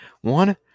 one